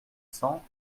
cents